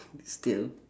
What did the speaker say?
steal